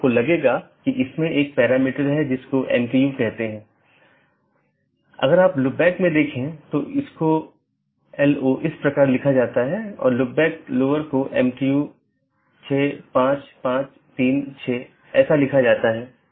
जब एक BGP स्पीकरों को एक IBGP सहकर्मी से एक राउटर अपडेट प्राप्त होता है तो प्राप्त स्पीकर बाहरी साथियों को अपडेट करने के लिए EBGP का उपयोग करता है